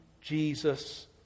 Jesus